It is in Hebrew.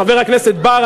חבר הכנסת בר,